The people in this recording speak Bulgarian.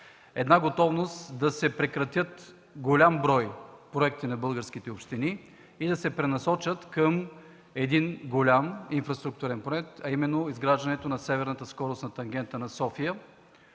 – готовност да се прекратят голям брой проекти на българските общини и да се пренасочат към един голям инфраструктурен проект – изграждането на северната скоростна тангента на София.